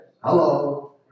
Hello